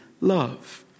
love